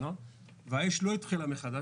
האש לא התחילה מחדש,